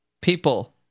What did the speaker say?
people